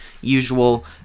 usual